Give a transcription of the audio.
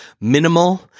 minimal